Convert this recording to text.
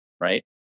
right